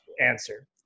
answer